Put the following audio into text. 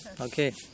Okay